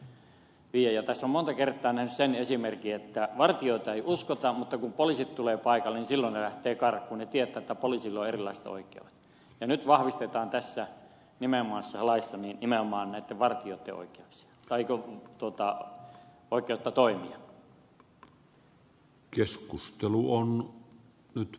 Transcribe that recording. tässä on monta kertaa nähnyt sen esimerkin että vartijoita ei uskota mutta poliisi tulee paikallisilla nähtiin karhunen tietä tavallisilla erilaista oikea ja kun poliisit tulevat paikalle niin silloin he lähtevät karkuun he tietävät että poliisilla on nyt